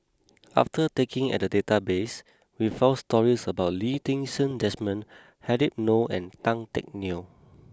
after taking at the database we found stories about Lee Ti Seng Desmond Habib Noh and Tan Teck Neo